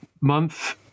month